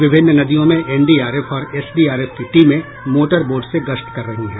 विभिन्न नदियों में एनडीआरएफ और एसडीआरएफ की टीमें मोटर बोट से गश्त कर रही हैं